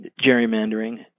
gerrymandering